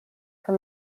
for